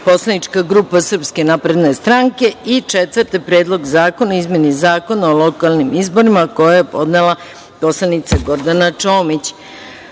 poslanička grupa Srpska napredna stranka i Predlogu zakona o izmeni Zakona o lokalnim izborima, koji je podnela poslanica Gordana Čomić. Da